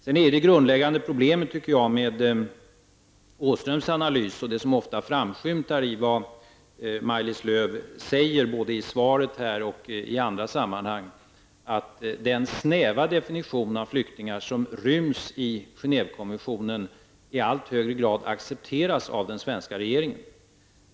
Det grundläggande problemet med Åströms analys och det som ofta framskymtar i vad Maj-Lis Lööw säger både i svaret här och i andra sammanhang är att den snäva definitionen av flyktingar som ryms i Genèvekonventionen i allt högre grad accepteras av den svenska regeringen.